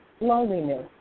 Loneliness